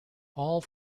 all